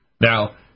Now